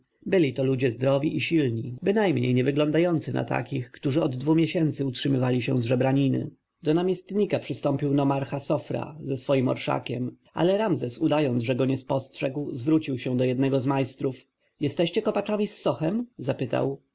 byli to ludzie zdrowi i silni bynajmniej nie wyglądający na takich którzy od dwu miesięcy utrzymywali się z żebraniny do namiestnika przystąpił nomarcha sofra ze swoim orszakiem ale ramzes udając że go nie spostrzegł zwrócił się do jednego z majstrów jesteście kopaczami z sochem zapytał